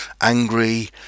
angry